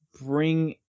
bring